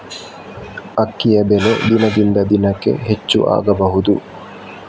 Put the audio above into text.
ಅಕ್ಕಿಯ ಬೆಲೆ ದಿನದಿಂದ ದಿನಕೆ ಹೆಚ್ಚು ಆಗಬಹುದು?